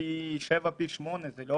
פי שבעה, פי שמונה, לא